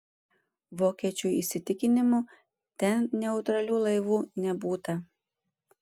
vokiečių įsitikinimu ten neutralių laivų nebūta